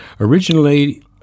Originally